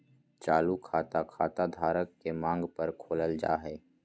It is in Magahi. चालू खाता, खाता धारक के मांग पर खोलल जा हय